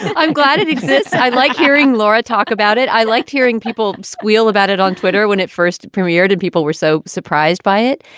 i'm glad it exists. i like hearing laura talk about it. i liked hearing people squeal about it on twitter when it first premiered and people were so surprised by it.